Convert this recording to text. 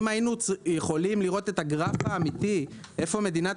אם היינו יכולים לראות את הגרף האמיתי איפה מדינת